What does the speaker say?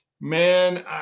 Man